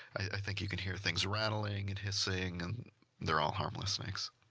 i think you can hear things rattling, and hissing, and they're all harmless snakes.